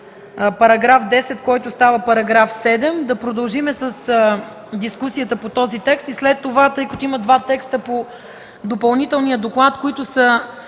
на § 10, който става § 7; да продължим с дискусията по този текст и след това, тъй като има два текста по Допълнителния доклад, които са